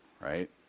Right